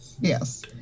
Yes